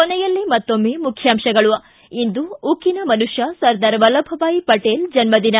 ಕೊನೆಯಲ್ಲಿ ಮತ್ತೊಮ್ಮೆ ಮುಖ್ಯಾಂಶಗಳು ಿ ಇಂದು ಉಕ್ಕಿನ ಮನುಷ್ಯ ಸರ್ದಾರ ವಲ್ಲಭಬಾಯ್ ಪಟೇಲ್ ಜನ್ಮದಿನ